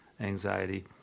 anxiety